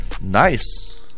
Nice